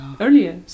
earlier